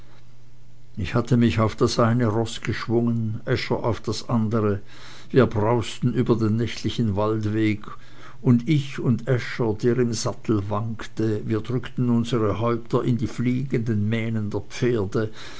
ich hatte mich auf das eine roß geschwungen äscher auf das andere wir brausten über den nächtlichen waldweg und ich und äscher der im sattel wankte wir drückten unsere häupter in die fliegenden mähnen der pferde